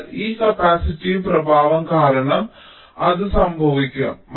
എന്നാൽ ഈ കപ്പാസിറ്റീവ് പ്രഭാവം കാരണം അത് സംഭവിക്കും